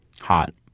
hot